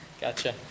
Gotcha